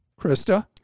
Krista